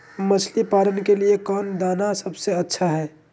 मछली पालन के लिए कौन दाना सबसे अच्छा है?